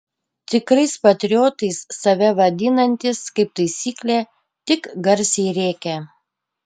tikrais patriotais save vadinantys kaip taisyklė tik garsiai rėkia